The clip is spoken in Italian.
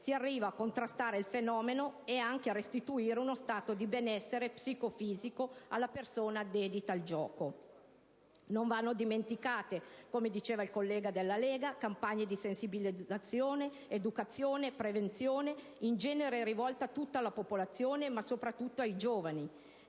si potrebbe contrastare il fenomeno e restituire uno stato di benessere psico-fisico alla persona dedita al gioco. Non vanno dimenticate poi, come ricordato dal senatore Vallardi, le campagne di sensibilizzazione, educazione e prevenzione in genere rivolte a tutta la popolazione ma soprattutto ai giovani